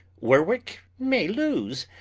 warwicke may loose,